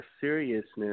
seriousness